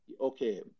Okay